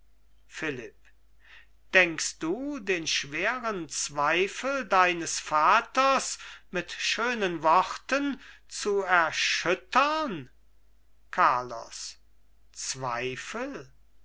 philipp denkst du den schweren zweifel deines vaters mit schönen worten zu erschüttern carlos zweifel